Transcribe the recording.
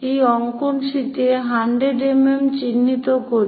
এই অঙ্কন শীটে 100 mm চিহ্নিত করি